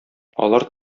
алар